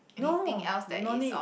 no no need